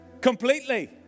Completely